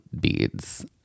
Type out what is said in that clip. beads